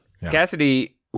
Cassidy